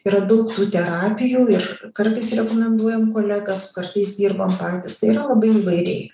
yra daug tų terapijų ir kartais rekomenduojam kolegas kartais dirbam patys tai yra labai įvairiai